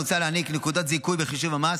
מוצע להעניק נקודת זיכוי בחישוב המס